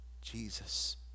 Jesus